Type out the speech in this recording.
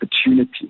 opportunity